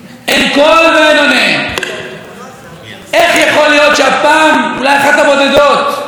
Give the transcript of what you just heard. שבה דובר על פיגוע אבנים זה היה כשאני העזתי לכתוב ציוץ מצחיק